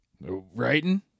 Writing